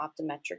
optometric